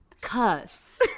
Cuss